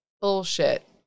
bullshit